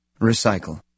Recycle